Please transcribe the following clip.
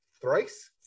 Thrice